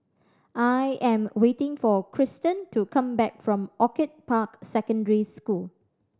I am waiting for Kirsten to come back from Orchid Park Secondary School